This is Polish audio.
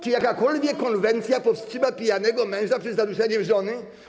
Czy jakakolwiek konwencja powstrzyma pijanego męża przed zaduszeniem żony?